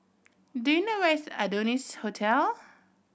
do you know where is Adonis Hotel